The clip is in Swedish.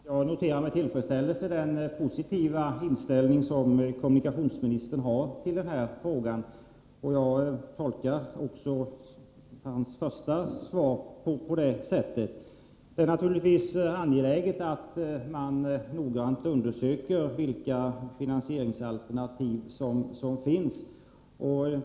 Herr talman! Jag noterar med tillfredsställelse den positiva inställning som kommunikationsministern har till denna fråga. Jag tolkade också hans första svar på ett positivt sätt. Det är naturligtvis angeläget att man noggrant undersöker vilka finansieringsalternativ som finns.